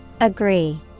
Agree